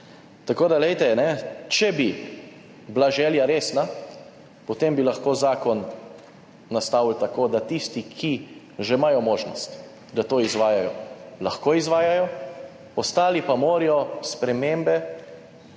Glejte, če bi bila želja resna, potem bi lahko zakon nastavili tako, da tisti, ki že imajo možnost, da to izvajajo, lahko izvajali, ostali pa morajo spremembe